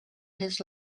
his